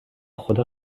خدا